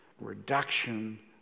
reduction